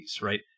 right